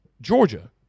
Georgia